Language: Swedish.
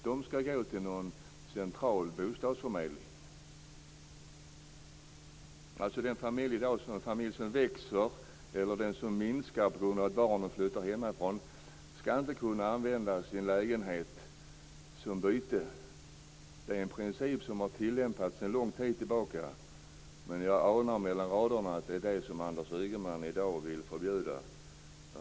De skall gå till någon central bostadsförmedling. Den familj som växer eller den som minskar därför att barnen flyttar hemifrån skall inte kunna använda sin lägenhet som byte. Det är en princip som har tillämpats sedan lång tid tillbaka. Men jag anar mellan raderna att det är det som Anders Ygeman i dag vill förbjuda.